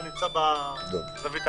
להציג את התיקונים.